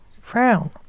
frown